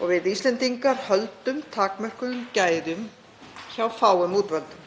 og við Íslendingar höldum takmörkuðum gæðum hjá fáum útvöldum.